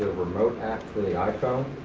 remote app for the iphone.